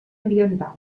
ambiental